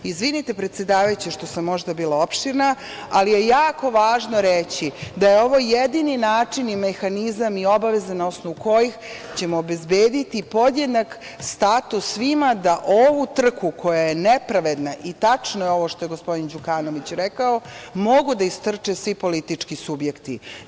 Izvinite, predsedavajuća, što sam možda bila opširna, ali je jako važno reći da je ovo jedini način i mehanizam i obaveza na osnovu kojih ćemo obezbediti podjednak status svima da ovu trku, koja je nepravedna i tačno je ovo što je gospodin Đukanović rekao, mogu da istrče svi politički subjekti.